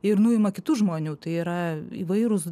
ir nuima kitų žmonių tai yra įvairūs